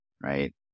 Right